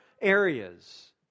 areas